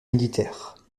militaires